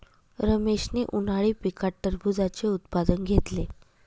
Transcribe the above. रमेशने उन्हाळी पिकात टरबूजाचे उत्पादन घेतले